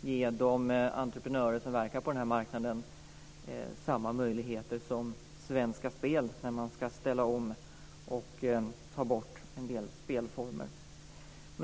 ge de entreprenörer som verkar på den här marknaden samma möjligheter som Svenska Spel när man ska ställa om och ta bort en del spelformer.